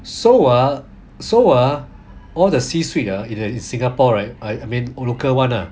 so ah so ah all the C suite ah in the in singapore right I mean local one ah